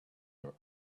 your